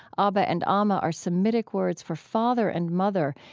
abba and amma are semitic words for father and mother,